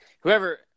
Whoever